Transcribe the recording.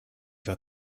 war